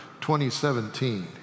2017